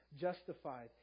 justified